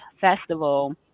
Festival